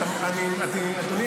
אדוני היושב-ראש.